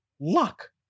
luck